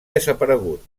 desaparegut